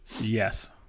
Yes